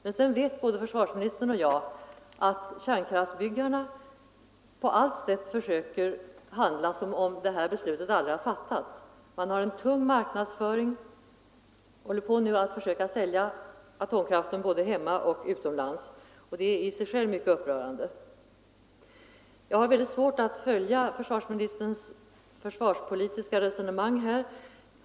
Men sedan vet både försvarsministern och jag att kärnkraftsbyggarna på allt sätt försöker handla som om detta beslut aldrig hade fattats. Man har en tung marknadsföring, man håller nu på att försöka sälja atomkraften både hemma och utomlands, och det är i sig självt mycket upprörande. Jag har väldigt svårt att följa försvarsministerns försvarspolitiska resonemang.